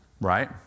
Right